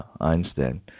Einstein